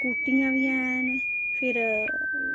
स्कूटियां बी हैन फिर